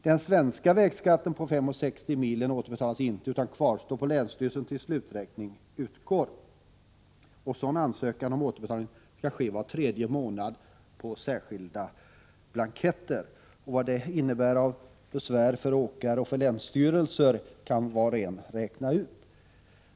Den svenska vägskatten på 5:60 kr. per mil återbetalas inte utan kvarstår på länsstyrelsen tills sluträkning utgår. Ansökan om återbetalning skall ske var tredje månad på särskild blankett. Vad det innebär i form av besvär för åkare och för länsstyrelser kan var och en räkna ut.